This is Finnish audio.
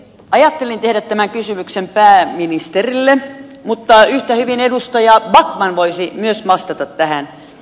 ajattelin tehdä tämä kysymyksen pääministerille mutta yhtä hyvin edustaja backman voisi myös vastata tähän